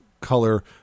color